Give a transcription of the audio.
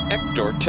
Ector